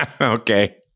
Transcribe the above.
Okay